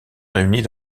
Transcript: réunies